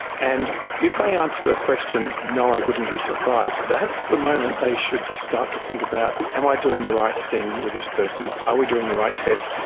and if they answer the question no, i wouldn't be surprised, that's the moment they should start to think about am i doing the right thing with this person, are we doing the right tests?